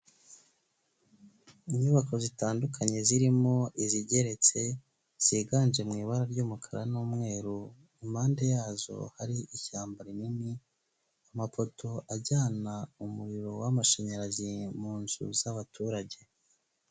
Inyubako zitandukanye zirimo izigeretse ziganje mu ibara y'umukara n'umweru, mu mpande yazo hari ishyamba rinini, amapoto ajyana umuriro w'amashanyarazi mu nzu z'abaturage.